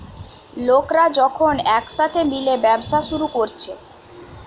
লোকরা যখন একসাথে মিলে ব্যবসা শুরু কোরছে